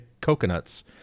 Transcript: coconuts